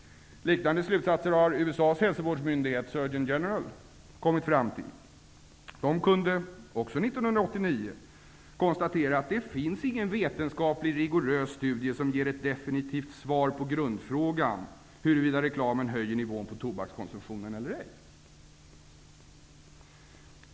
Liknande slutsater har USA:s hälsovårdsmyndighet, Surgeon General, kommit fram till. Där kunde man, också 1989, konstatera att det inte finns någon vetenskaplig, rigorös studie som ger ett definitivt svar på grundfrågan huruvida reklamen höjer nivån på tobakskonsumtionen eller ej.